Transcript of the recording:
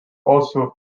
also